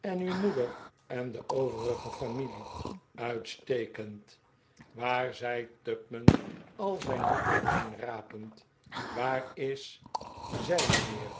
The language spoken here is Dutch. en uw moeder en de overige familie uitstekend waar zei tupman al zijn moed bij eenrapend waar is zij mijnheer